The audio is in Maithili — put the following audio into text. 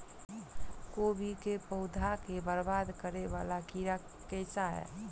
कोबी केँ पौधा केँ बरबाद करे वला कीड़ा केँ सा है?